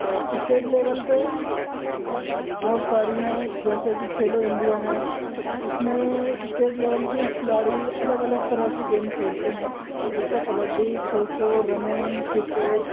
اور state level پہ بہت ساری ہیں جیسے کہ کھیلو انڈیا ہے اس میں اسٹیٹ لیول کی کھلاڑی الگ الگ طرح کے گیم کھیلتے ہیں جیسے کبڈی کھو کھو رننگ کرکٹ